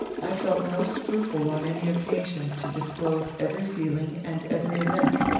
i felt no scruple on any occasion to disclose every feeling and every event.